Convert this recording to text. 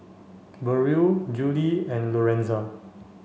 Burrell Juli and Lorenza